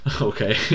okay